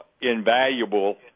invaluable